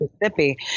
Mississippi